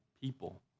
people